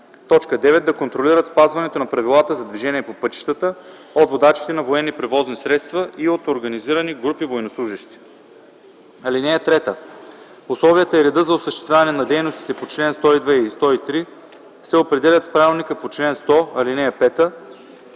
начин; 9. да контролират спазването на правилата за движение по пътищата от водачите на военни превозни средства и от организирани групи военнослужещи. (3) Условията и редът за осъществяване на дейностите по чл. 102 и 103 се определят с правилника по чл. 100, ал. 5,